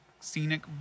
scenic